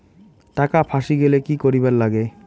টাকা ফাঁসি গেলে কি করিবার লাগে?